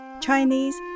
Chinese